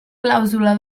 clàusula